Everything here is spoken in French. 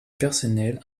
personnel